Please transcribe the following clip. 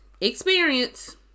experience